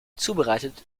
zubereitet